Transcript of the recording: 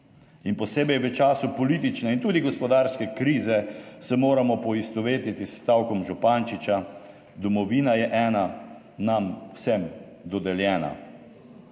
in posebej v času politične in tudi gospodarske krize se moramo poistovetiti s stavkom Župančiča domovina je ena, nam vsem dodeljena.